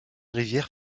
rivière